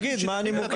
תגיד מה הנימוקים.